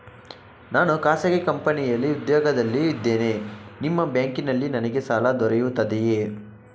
ನಾನು ಖಾಸಗಿ ಕಂಪನಿಯಲ್ಲಿ ಉದ್ಯೋಗದಲ್ಲಿ ಇದ್ದೇನೆ ನಿಮ್ಮ ಬ್ಯಾಂಕಿನಲ್ಲಿ ನನಗೆ ಸಾಲ ದೊರೆಯುತ್ತದೆಯೇ?